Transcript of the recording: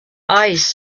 eyes